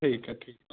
ਠੀਕ ਹੈ ਠੀਕ ਹੈ